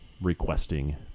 requesting